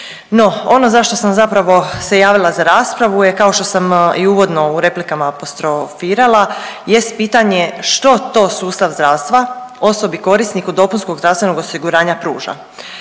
ono za što sam zapravo se javila za raspravu je kao što sam i uvodno u replikama apostrofirala jest pitanje što to sustav zdravstva osobi, korisniku dopunskog zdravstvenog osiguranja pruža.